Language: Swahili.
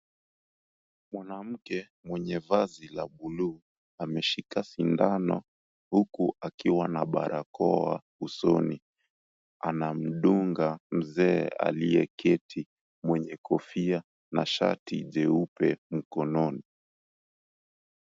Mwanamke mwenye vazi la buluu ameshika sindano huku akiwa na barakoa usoni, anamdunga mzee aliyeketi mwenye kofia na shati jeupe mkononi.